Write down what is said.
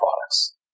products